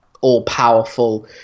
all-powerful